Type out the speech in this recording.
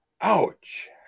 Ouch